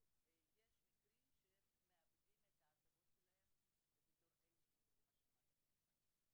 אבל יש מקרים שהם מאבדים את ההטבות שלהם בתור אלה שמקבלים השלמת הכנסה.